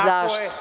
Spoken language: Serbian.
Zašto?